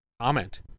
Comment